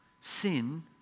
Sin